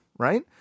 right